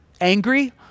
Angry